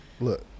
look